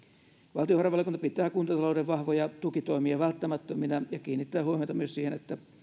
valtiovarainvaliokunta pitää kuntatalouden vahvoja tukitoimia välttämättöminä ja kiinnittää huomiota myös siihen että